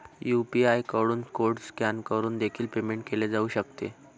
UPI कडून code scan करून देखील पेमेंट केले जाऊ शकते